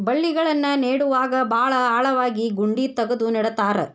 ಬಳ್ಳಿಗಳನ್ನ ನೇಡುವಾಗ ಭಾಳ ಆಳವಾಗಿ ಗುಂಡಿ ತಗದು ನೆಡತಾರ